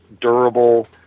durable